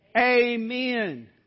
Amen